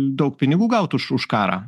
daug pinigų gautų už už karą